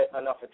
enough